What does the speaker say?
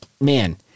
man